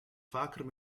vaker